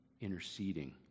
interceding